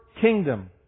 kingdom